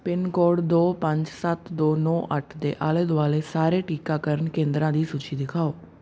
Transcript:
pin code ਦੋ ਪੰਜ ਸੱਤ ਦੋ ਨੌਂ ਅੱਠ ਦੇ ਆਲੇ ਦੁਆਲੇ ਸਾਰੇ ਟੀਕਾਕਰਨ ਕੇਂਦਰਾਂ ਦੀ ਸੂਚੀ ਦਿਖਾਓ